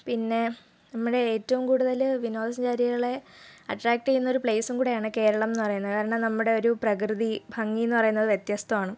പിന്നെ നമ്മുടെ ഏറ്റവും കൂടുതൽ വിനോദസഞ്ചാരികളെ അട്രാക്ട് ചെയ്യുന്ന ഒരു പ്ലൈസും കൂടെയാണ് കേരളം എന്ന് പറയുന്നത് കാരണം നമ്മുടെ ഒരു പ്രകൃതി ഭംഗിയെന്ന് പറയുന്നത് വ്യത്യസ്തമാണ്